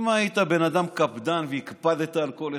אם היית בן אדם קפדן והקפדת על כל אחד,